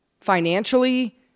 financially